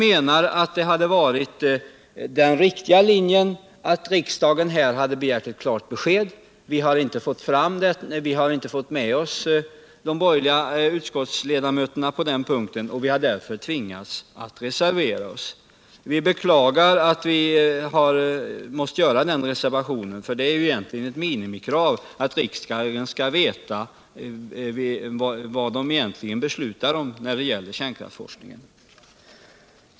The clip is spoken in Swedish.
Enligt vår åsikt hade dot varit riktigare att riksdagen begärt ett klart besked, men vi har inte fått med oss de borgerliga utskottsledamöterna och har därför tvingats reservera oss. Vi beklagar att vi har måst göra detta, eftersom det egentligen är ett minimikrav att riksdagen vet vad den egentligen beslutar om när det gäller kärnkraftsforskningen.